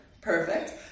Perfect